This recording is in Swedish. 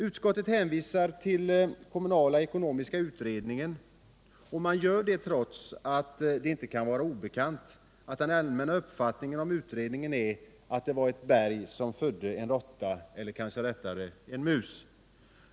Utskottet hänvisar till kommunalekonomiska utredningen och gör det trots att det inte kan vara obekant att den allmänna uppfattningen om utredningen är att den var ett berg som födde en råtta — eller kanske rättare en mus.